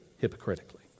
hypocritically